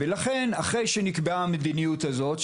אחרי שנקבעה המדיניות הזאת,